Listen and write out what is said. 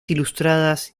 ilustradas